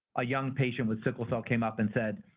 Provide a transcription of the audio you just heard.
a young patient with sickle cell came up and said,